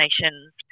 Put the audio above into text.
Nations